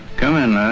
come in